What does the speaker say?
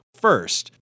First-